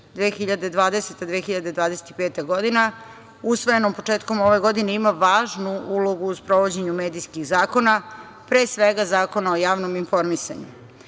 2020-2025. godina, usvojenom početkom ove godine, ima važnu ulogu u sprovođenju medijskih zakona, pre svega Zakona o javnom informisanju,